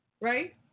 Right